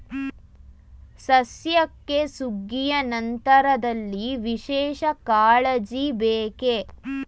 ಸಸ್ಯಕ್ಕೆ ಸುಗ್ಗಿಯ ನಂತರದಲ್ಲಿ ವಿಶೇಷ ಕಾಳಜಿ ಬೇಕೇ?